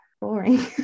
boring